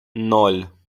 ноль